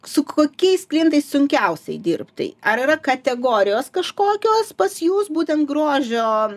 su kokiais klientais sunkiausiai dirbt tai ar yra kategorijos kažkokios pas jus būtent grožio